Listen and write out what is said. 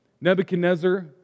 Nebuchadnezzar